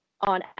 on